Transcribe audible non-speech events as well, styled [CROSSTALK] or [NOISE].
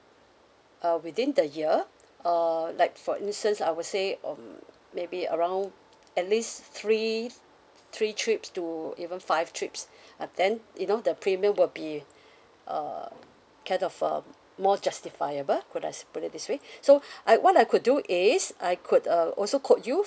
uh within the year uh like for instance I would say um maybe around at least three three trips to even five trips [BREATH] uh then you know the premium will be [BREATH] uh kind of um more justifiable could has put it this way [BREATH] so [BREATH] I what I could do is I could uh also quote you